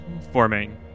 forming